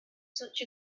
such